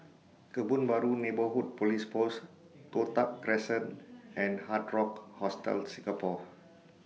Kebun Baru Neighbourhood Police Post Toh Tuck Crescent and Hard Rock Hostel Singapore